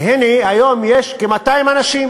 והנה, היום יש כ-200 אנשים